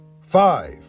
five